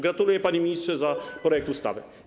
Gratuluję, panie ministrze, projektu ustawy.